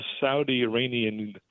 Saudi-Iranian